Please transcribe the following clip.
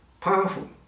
Powerful